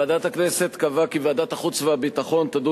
ועדת הכנסת קבעה כי ועדת החוץ והביטחון תדון